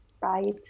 right